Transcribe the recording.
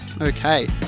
Okay